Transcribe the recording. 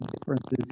differences